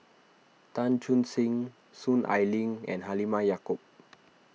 Chan Chun Sing Soon Ai Ling and Halimah Yacob